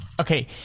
Okay